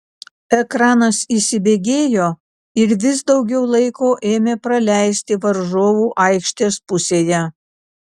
ekranas įsibėgėjo ir vis daugiau laiko ėmė praleisti varžovų aikštės pusėje